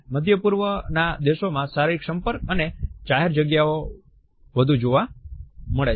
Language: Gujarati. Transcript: મધ્ય પૂર્વના દેશોમાં શારીરિક સંપર્ક અને જાહેર જગ્યાઓ વધુ જોવા મળે છે